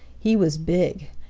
he was big,